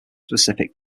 specific